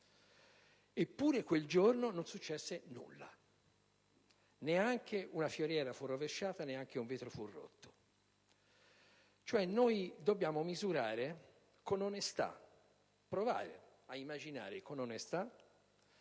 Eppure, quel giorno non successe nulla: neanche una fioriera fu rovesciata e neanche un vetro fu rotto. Noi dobbiamo misurare con onestà, provare ad immaginare, con onestà,